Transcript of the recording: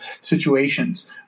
situations